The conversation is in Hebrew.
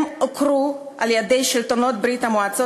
הם הוכרו על-ידי שלטונות ברית-המועצות